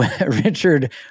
Richard